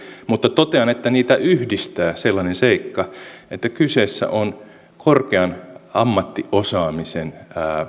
mutta totean että niitä yhdistää sellainen seikka että kyseessä on korkean ammattiosaamisen